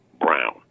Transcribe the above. Brown